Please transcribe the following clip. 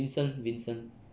vincent vincent